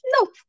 nope